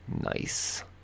Nice